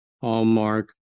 hallmark